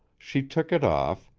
she took it off,